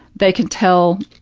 they can tell,